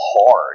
hard